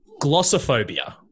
Glossophobia